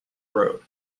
road